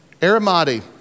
Aramati